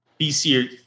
BC